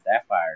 Sapphire